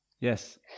Yes